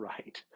Right